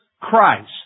Christ